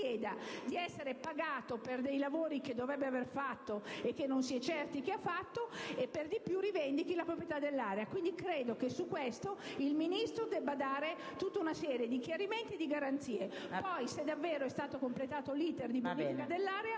chieda di essere pagata per dei lavori che dovrebbe aver fatto e che non si è certi che abbia fatto, e per di più rivendichi la proprietà dell'area. Credo che su questo argomento il Ministro debba dare tutta una serie di chiarimenti e di garanzie. Poi, se davvero è stato completato l'*iter* di bonifica dell'area,